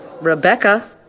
Rebecca